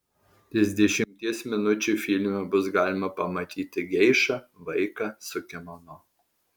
trisdešimties minučių filme bus galima pamatyti geišą vaiką su kimono